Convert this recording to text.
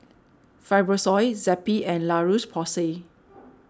Fibrosol Zappy and La Roche Porsay